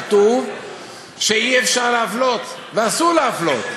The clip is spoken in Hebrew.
כתוב שאי-אפשר להפלות ואסור להפלות.